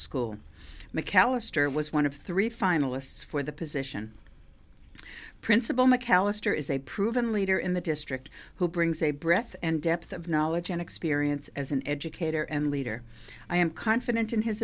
school mcallister was one of three finalists for the position principal mcallister is a proven leader in the district who brings a breath and depth of knowledge and experience as an educator and leader i am confident in his